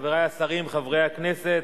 חברי השרים, חברי הכנסת,